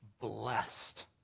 blessed